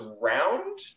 round